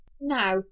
now